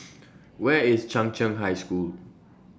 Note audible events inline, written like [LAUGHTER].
[NOISE] Where IS Chung Cheng High School